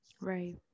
right